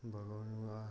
भगौने